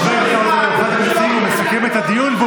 חבר הכנסת האוזר מסכם את הדיון,